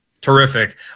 terrific